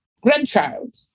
grandchild